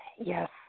yes